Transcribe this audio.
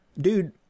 dude